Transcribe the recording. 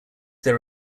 there